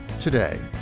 today